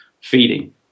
feeding